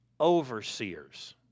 overseers